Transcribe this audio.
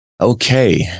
Okay